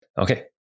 Okay